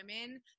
women